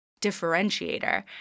differentiator